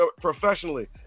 professionally